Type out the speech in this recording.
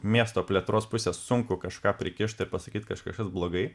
miesto plėtros pusės sunku kažką prikišti ir pasakyt kažkas čia blogai